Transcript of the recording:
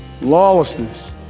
lawlessness